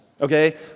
okay